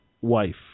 wife